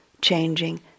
changing